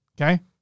Okay